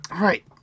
Right